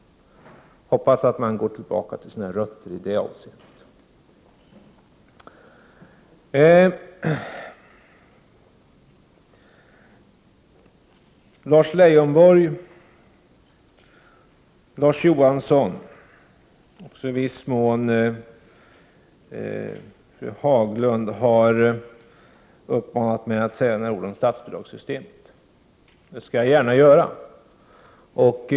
Jag hoppas man i det avseendet går tillbaka till sina rötter. Lars Leijonborg, Larz Johansson och också i viss mån fru Haglund har uppmanat mig att säga några ord om statsbidragssystemet. Det skall jag gärna göra.